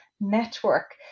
network